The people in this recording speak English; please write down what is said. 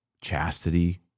chastity